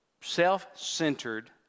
self-centered